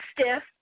stiff